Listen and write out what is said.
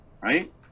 right